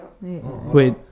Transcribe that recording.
Wait